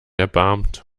erbarmt